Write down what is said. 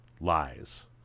Lies